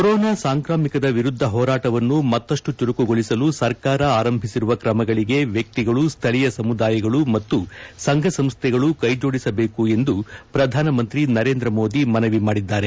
corona ಸಾಂಕ್ರಾಮಿಕದ ವಿರುದ್ದ ಹೋರಾಟವನ್ನು ಮತ್ತಷ್ಟು ಚುರುಕುಗೊಳಿಸಲು ಸರ್ಕಾರ ಆರಂಭಿಸಿರುವ ಕ್ರಮಗಳಿಗೆ ವ್ಯಕ್ತಿಗಳು ಸ್ಡಳೀಯ ಸಮುದಾಯಗಳು ಮತ್ತು ಸಂಘ ಸಂಸ್ಡೆಗಳು ಕೈಜೋಡಿಸಬೇಕು ಎಂದು ಪ್ರಧಾನಮಂತ್ರಿ ನರೇಂದ್ರ ಮೋದಿ ಮನವಿ ಮಾಡಿದ್ದಾರೆ